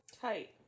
Tight